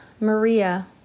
Maria